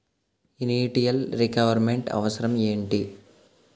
Initial requirement అవసరం ఎంటి?